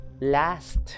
last